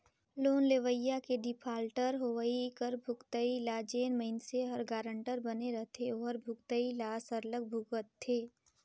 loan लेवइया के defaulter होवई कर भुगतई ल जेन मइनसे हर गारंटर बने रहथे ओहर भुगतई ल सरलग भुगतथे